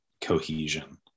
cohesion